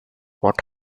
what